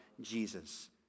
Jesus